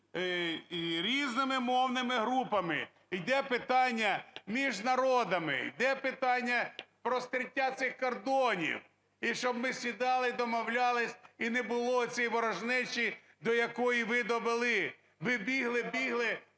різними мовними групами. Йде питання між народами, йде питання розкриття цих кордонів, і щоб ми сідали і домовлялись, і не було цієї ворожнечі, до якої ви довели. Ви бігли, бігли